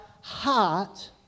heart